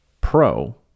Pro